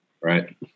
Right